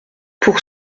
pour